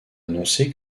annoncé